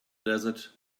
desert